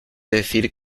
decir